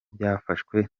byafashwe